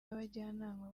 n’abajyanama